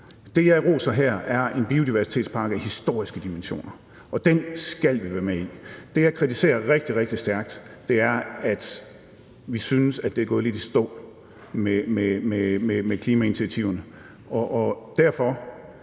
Det, jeg roser her, er en biodiversitetspakke af historiske dimensioner, og den skal vi være med i. Det, jeg kritiserer rigtig, rigtig stærkt, er, at det er gået lidt i stå med initiativerne, og derfor,